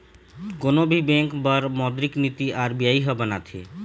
कोनो भी बेंक बर मोद्रिक नीति आर.बी.आई ह बनाथे